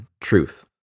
truth